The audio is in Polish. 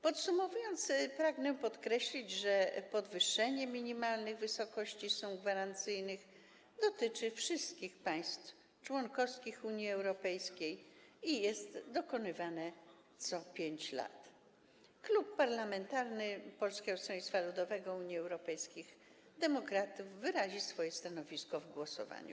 Podsumowując, pragnę podkreślić, że podwyższenie minimalnych wysokości sum gwarancyjnych dotyczy wszystkich państw członkowskich Unii Europejskiej i jest dokonywane co 5 lat. Klub Parlamentarny Polskiego Stronnictwa Ludowego - Unii Europejskich Demokratów wyrazi swoje stanowisko w głosowaniu.